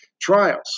trials